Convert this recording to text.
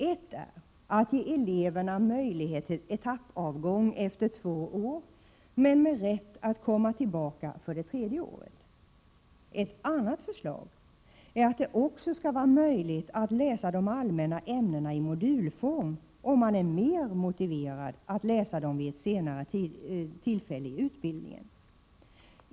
En är att ge eleverna möjlighet till etappavgång efter två år men med rätt att komma tillbaka för det tredje året. Ett annat förslag är att det också skall vara möjligt att läsa de allmänna ämnena i modulform om man är mer motiverad att läsa dem vid ett senare tillfälle i utbildningen.